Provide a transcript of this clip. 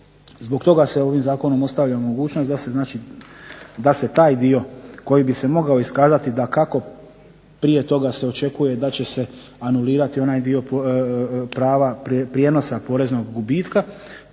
Zbog toga se ovim zakonom ostavlja mogućnost da se znači, da se taj dio koji bi se mogao iskazati dakako prije toga se očekuje da će se anulirati onaj dio prava prijenosa poreznog gubitka